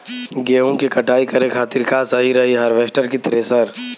गेहूँ के कटाई करे खातिर का सही रही हार्वेस्टर की थ्रेशर?